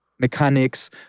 mechanics